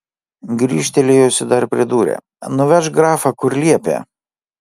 grįžtelėjusi dar pridūrė nuvežk grafą kur liepė